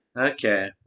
Okay